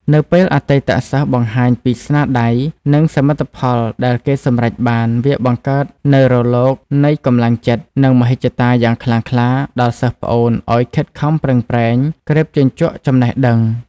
នៅពេលអតីតសិស្សបង្ហាញពីស្នាដៃ និងសមិទ្ធផលដែលគេសម្រេចបាន វាបង្កើតនូវរលកនៃកម្លាំងចិត្ត និងមហិច្ឆតាយ៉ាងខ្លាំងក្លាដល់សិស្សប្អូនឱ្យខិតខំប្រឹងប្រែងក្រេបជញ្ជក់ចំណេះដឹង។